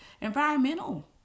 Environmental